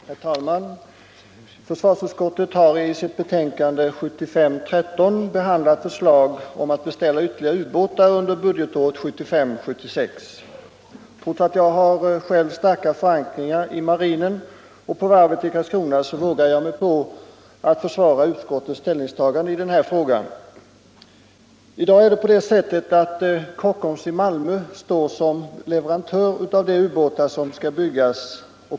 Herr talman! Försvarsutskottet har i sitt betänkande nr 13 behandlat förslag om att beställa ytterligare ubåtar under budgetåret 1975/76. Trots att jag har starka förankringar i marinen och på varvet i Karlskrona vågar jag mig på att försvara utskottets ställningstagande i denna fråga. I dag är det på det sättet att Kockums i Malmö står som leverantör av de ubåtar som skall byggas.